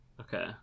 okay